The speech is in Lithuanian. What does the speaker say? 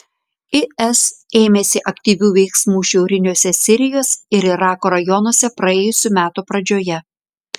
is ėmėsi aktyvių veiksmų šiauriniuose sirijos ir irako rajonuose praėjusių metų pradžioje